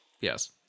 Yes